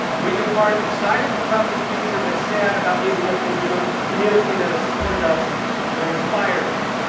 we depart excited about the future but sad about leaving a community ah community that has supported us and inspired us.